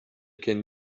can